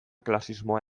klasismoa